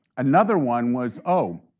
another one was, oh,